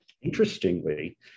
Interestingly